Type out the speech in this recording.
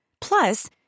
Plus